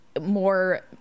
more